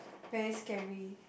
very scary